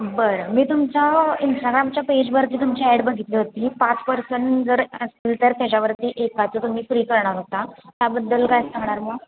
बरं मी तुमच्या इंस्टाग्रामच्या पेजवरती तुमची ॲड बघितली होती पाच पर्सन जर असतील तर त्याच्यावरती एकाचं तुम्ही फ्री मग